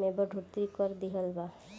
में बढ़ोतरी कर दीहल बा